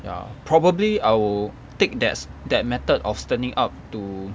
ya probably I'll take that that method of standing up to